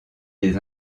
des